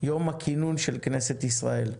יום הכינון של כנסת ישראל.